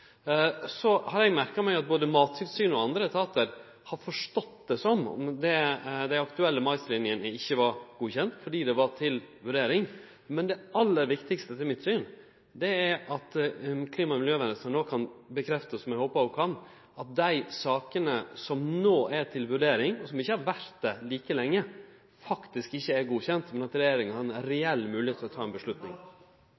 Så har eg merkt meg at både Mattilsynet og andre etatar har forstått det slik at den aktuelle maislinja ikkje var godkjend fordi ho var til vurdering. Men det aller viktigaste etter mitt syn er at klima- og miljøministeren no kan bekrefte, noko eg håper at ho kan, at dei sakene som no er til vurdering – og som ikkje har vore det like lenge – faktisk ikkje er godkjende, men at regjeringa har ein